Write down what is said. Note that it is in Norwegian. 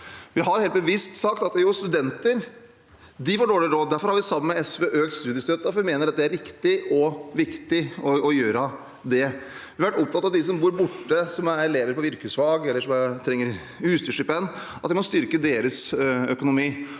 vi helt bevisst sagt at jo, studenter får dårlig råd, og derfor har vi sammen med SV økt studiestøtten, for vi mener at det er riktig og viktig å gjøre det. Vi har vært opptatt av dem som bor borte, som er elever på yrkesfag, eller som trenger utstyrsstipend, og at vi må styrke deres økonomi.